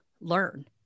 learn